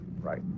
right